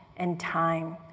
and time,